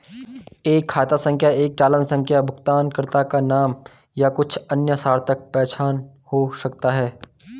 एक खाता संख्या एक चालान संख्या भुगतानकर्ता का नाम या कुछ अन्य सार्थक पहचान हो सकता है